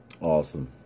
Awesome